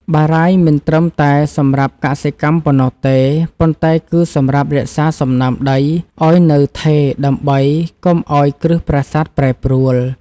បារាយណ៍មិនត្រឹមតែសម្រាប់កសិកម្មប៉ុណ្ណោះទេ ប៉ុន្តែគឺសម្រាប់រក្សាសំណើមដីឱ្យនៅថេរដើម្បីកុំឱ្យគ្រឹះប្រាសាទប្រែប្រួល។